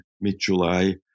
mid-July